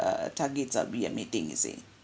err targets on be a meeting you see